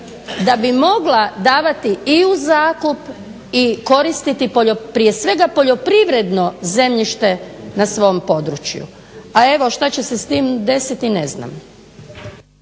da bi mogla davati i u zakup i koristiti prije svega poljoprivredno zemljište na svom području. A evo što će se s tim desiti, ne znam.